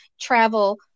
travel